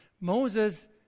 Moses